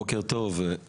בוקר טוב,